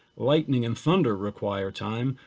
lightning and thunder require time,